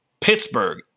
Pittsburgh